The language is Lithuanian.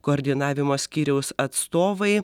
koordinavimo skyriaus atstovai